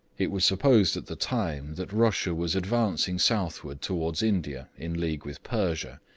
it was supposed at the time that russia was advancing southward towards india in league with persia,